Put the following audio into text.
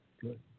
good